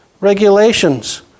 regulations